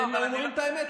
אתם לא אומרים את האמת.